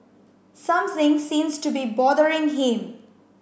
something seems to be bothering him